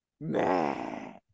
man